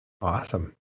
Awesome